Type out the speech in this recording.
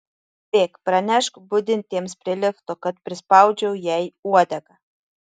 bėk pranešk budintiems prie lifto kad prispaudžiau jai uodegą